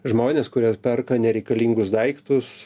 žmonės kurie perka nereikalingus daiktus